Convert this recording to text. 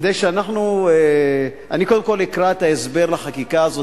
אני קודם כול אקרא את ההסבר לחקיקה הזאת,